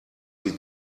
sie